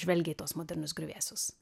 žvelgė į tuos modernius griuvėsius